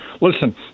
Listen